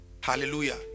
hallelujah